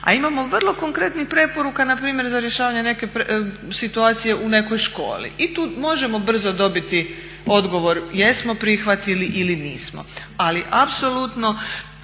A imamo vrlo konkretnih preporuka npr. za rješavanje neke situacije u nekoj školi. I tu možemo brzo dobiti odgovor jesmo prihvatili ili nismo. Ali apsolutno